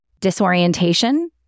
disorientation